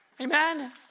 amen